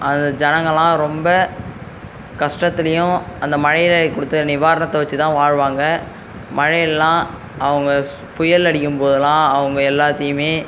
அது ஜனங்கலாம் ரொம்ப கஷ்டத்துலேயும் அந்த மழையில் கொடுத்த நிவாரணத்த வச்சு தான் வாழுவாங்க மழையெல்லாம் அவங்க புயல் அடிக்கும் போதெலாம் அவங்க எல்லாத்தையுமே